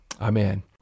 Amen